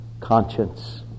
conscience